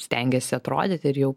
stengiasi atrodyti ir jau